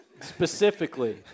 Specifically